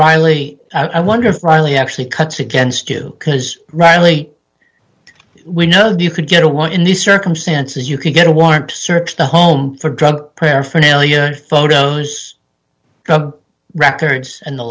riley i wonder if riley actually cuts against you because riley we know you could get a one in these circumstances you can get a warrant to search the home for drug paraphernalia photos records and the